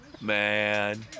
Man